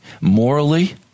morally